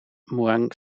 mueang